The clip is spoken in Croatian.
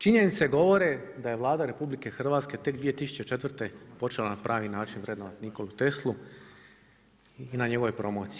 Činjenice govore da je Vlada RH tek 2004. počela na pravi način vrednovati Nikolu Teslu i na njegovoj promociji.